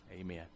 amen